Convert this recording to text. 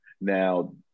Now